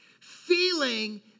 feeling